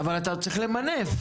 אבל אתה צריך למנף.